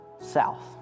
south